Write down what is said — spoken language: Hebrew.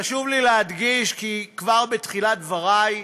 חשוב לי להדגיש כבר בתחילת דברי,